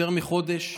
יותר מחודש,